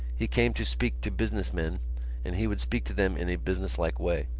he came to speak to business men and he would speak to them in a businesslike way.